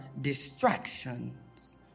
distractions